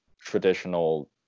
traditional